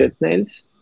nails